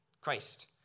Christ